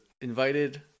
invited